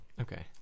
Okay